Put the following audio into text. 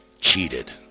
cheated